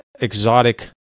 exotic